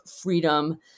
freedom